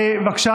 בבקשה,